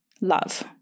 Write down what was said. love